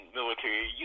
military